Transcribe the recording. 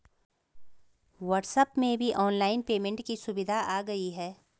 WhatsApp में भी online payment की सुविधा आ गई है